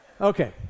Okay